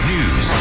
News